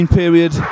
period